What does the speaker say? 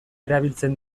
erabiltzen